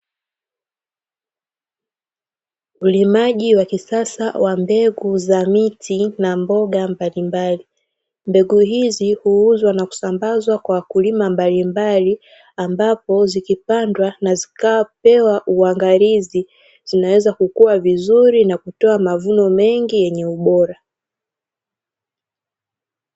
Ulimaji wa kisasa wa mbegu za miti na mboga mbalimbali. Mbegu hizi huuzwa na kusambazwa kwa wakulima mbalimbali, ambapo zikipandwa na zikapewa uangalizi, zinaweza kukua vizuri na kutoa mavuno mengi yenye ubora.